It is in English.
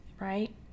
right